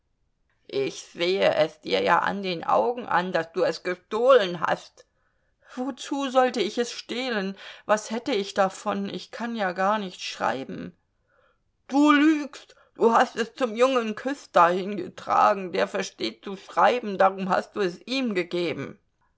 ich sehe es dir ja an den augen an daß du es gestohlen hast wozu sollte ich es stehlen was hätte ich davon ich kann ja gar nicht schreiben du lügst du hast es zum jungen küster hingetragen der versteht zu schreiben darum hast du es ihm gegeben